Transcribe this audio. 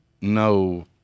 no